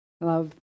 love